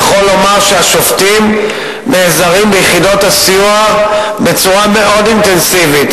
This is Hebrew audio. אני יכול לומר שהשופטים נעזרים ביחידות הסיוע בצורה מאוד אינטנסיבית,